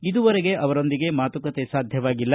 ಇದುವರೆಗೆ ಅವರೊಂದಿಗೆ ಮಾತುಕತೆ ಸಾಧ್ಯವಾಗಿಲ್ಲ